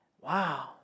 Wow